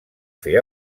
fer